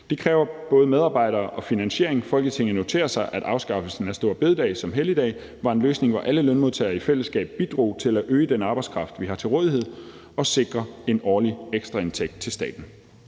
Det kræver både medarbejdere og finansiering. Folketinget noterer sig, at afskaffelsen af store bededag som helligdag var en løsning, hvor alle lønmodtagerne i fællesskab bidrog til at øge den arbejdskraft, vi har til rådighed, og sikre en årlig ekstraindtægt til staten.«